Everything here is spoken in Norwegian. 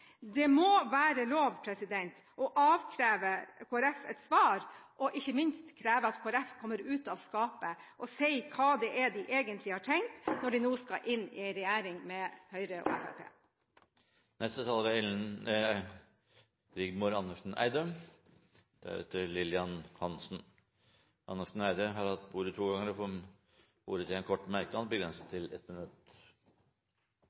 Det må være lov å avkreve Kristelig Folkeparti et svar og ikke minst kreve at Kristelig Folkeparti kommer ut av skapet og sier hva det er de egentlig har tenkt når de nå skal inn i regjering med Høyre og Fremskrittspartiet. Rigmor Andersen Eide har hatt ordet to ganger tidligere i debatten og får ordet til en kort merknad, begrenset